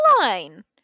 line